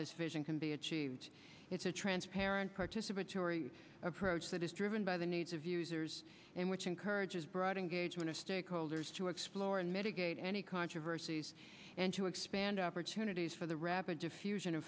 this vision can be achieved it's a transparent participatory approach that is driven by the needs of users and which encourages broad engagement of stakeholders to explore and mitigate any controversies and to expand opportunities for the rapid diffusion